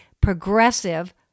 progressive